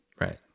Right